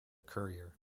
courier